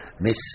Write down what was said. Miss